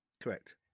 correct